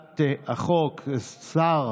עם סגן השר,